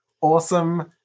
awesome